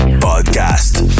Podcast